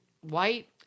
white